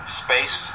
space